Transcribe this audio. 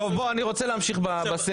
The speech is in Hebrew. טוב, בוא, אני רוצה להמשיך בסבב.